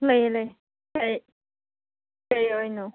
ꯂꯩ ꯂꯩ ꯑꯩ